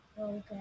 okay